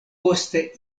poste